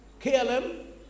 KLM